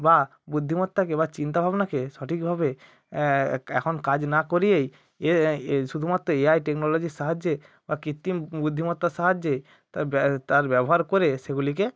বা বুদ্ধিমত্তাকে বা চিন্তা ভাবনাকে সঠিকভাবে এখন কাজ না করিয়েই এ শুধুমাত্র এআই টেকনোলজির সাহায্যে বা কৃত্রিম বুদ্ধিমত্তার সাহায্যে তার ব্যা তার ব্যবহার করে সেগুলিকে